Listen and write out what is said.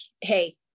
Hey